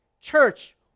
Church